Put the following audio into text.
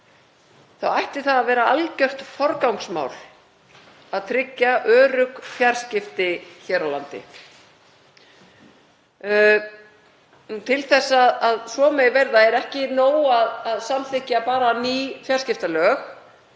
ætti það að vera algjört forgangsmál að tryggja örugg fjarskipti hér á landi. Til að svo megi verða er ekki nóg að samþykkja bara ný fjarskiptalög